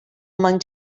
among